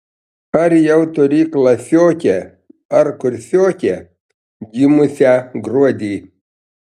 ar jau turi klasiokę ar kursiokę gimusią gruodį